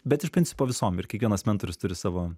bet iš principo visom ir kiekvienas mentorius turi savo